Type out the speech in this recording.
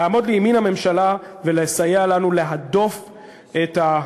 לעמוד לימין הממשלה ולסייע לנו להדוף את,